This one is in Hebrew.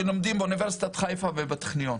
שלומדים באוניברסיטת חיפה ובטכניון.